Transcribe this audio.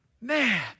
Man